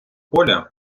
поля